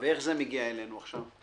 ואיך זה מגיע אלינו עכשיו?